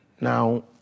Now